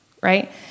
Right